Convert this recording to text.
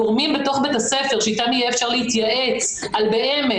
הגורמים בתוך בית הספר שאיתם יהיה אפשר להתייעץ על באמת,